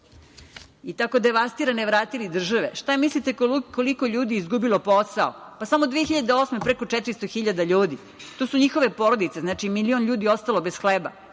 i tako devastirane vratili državi. Šta mislite koliko ljudi je izgubilo posao? Pa samo 2008. godine preko 400 hiljada ljudi. To su njihove porodice. Znači, milion ljudi je ostalo bez hleba